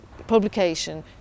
publication